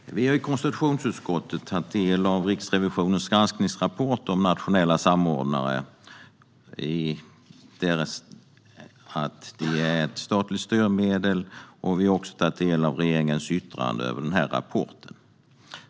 Herr talman! Vi i konstitutionsutskottet har tagit del av Riksrevisionens granskningsrapport om nationella samordnare som statligt styrmedel. Vi har också tagit del av regeringens yttrande över denna rapport.